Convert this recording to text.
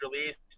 released